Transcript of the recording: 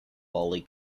lolly